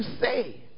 say